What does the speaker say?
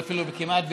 קק"ל,